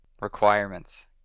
requirements